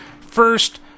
First